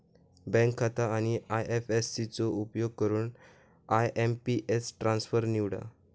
bank खाता आणि IFC चो उपयोग करून आय.एम.पी.एस ट्रान्सफर निवडा